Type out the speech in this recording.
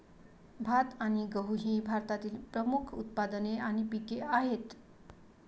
भात आणि गहू ही भारतातील प्रमुख उत्पादने आणि पिके आहेत